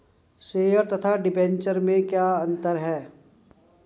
Share तथा debenture में क्या अंतर है?